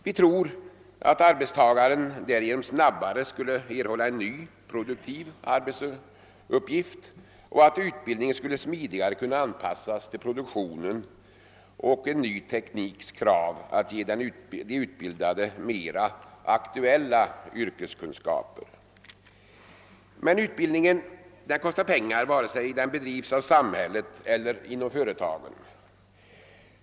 Vi tror att arbetstagaren där igenom snabbare skulle erhålla en ny produktiv arbetsuppgift och att utbildningen smidigare skulle kunna anpassas till produktionen och en ny tekniks krav och ge den utbildade mera aktuella yrkeskunskaper. Men utbildningen kostar pengar vare sig den bedrivs av samhället eller inom företagen.